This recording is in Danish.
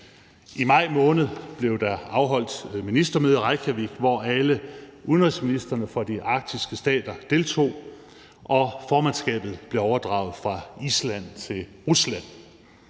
I maj måned blev der afholdt ministermøde i Reykjavik, hvor alle udenrigsministrene fra de arktiske stater deltog og formandskabet blev overdraget fra Island til Rusland.